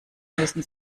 müssen